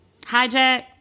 Hijack